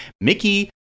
Mickey